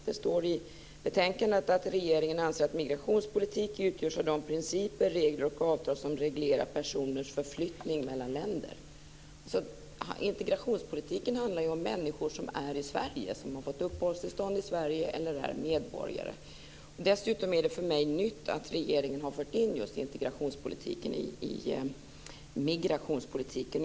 Det står i betänkandet att regeringen anser att migrationspolitik utgörs av de principer, regler och avtal som reglerar personers förflyttning mellan länder. Integrationspolitiken handlar ju om människor som är i Sverige, som har fått uppehållstillstånd i Sverige eller är medborgare. Dessutom är det för mig nytt att regeringen har fört in just integrationspolitiken i migrationspolitiken.